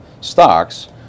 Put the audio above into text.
stocks